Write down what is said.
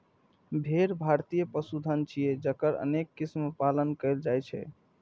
भेड़ भारतीय पशुधन छियै, जकर अनेक किस्मक पालन कैल जाइ छै